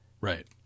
right